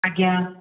ଆଜ୍ଞା